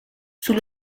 sous